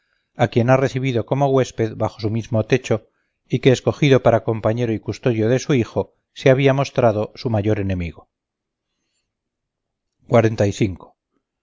a quien ha recibido corno huésped bajo su mismo techo y que escogido para compañero y custodio de su hijo se había mostrado su mayor enemigo después de